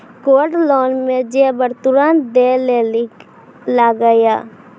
Gold loan मे जेबर तुरंत दै लेली लागेया?